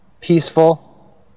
peaceful